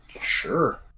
Sure